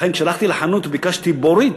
לכן, כשהלכתי לחנות וביקשתי בורית,